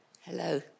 Hello